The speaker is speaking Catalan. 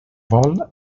vol